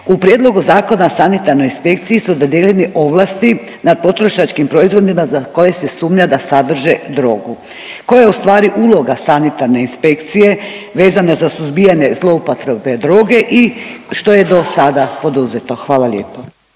U prijedlogu zakona Sanitarnoj inspekciji su dodijeljene ovlasti nad potrošačkim proizvodima za koje se sumnja da sadrže drogu. Koja je u stvari uloga Sanitarne inspekcije vezana za suzbijanje zloupotrebe droge i što je do sada poduzeto? Hvala lijepa.